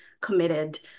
committed